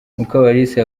mukabalisa